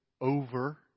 over